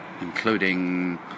including